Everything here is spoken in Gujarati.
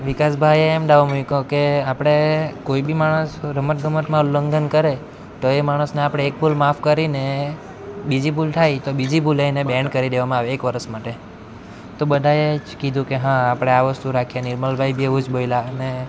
વિકાસભાઈએ એમ દાવ મૂક્યો કે આપણે કોઈ બી માણસ રમત ગમતમાં ઉલ્લંઘન કરે તો એ માણસને આપણે એક ભૂલ માફ કરીને બીજી ભૂલ થાય તો બીજી ભૂલે એને બેન્ડ કરી દેવામાં આવે એક વરસ માટે તો બધાએ જ કીધું કે હા આપણે આ વસ્તુ રાખીએ નિર્મલભાઈ બી એવું જ બોલ્યા